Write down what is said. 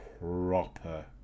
proper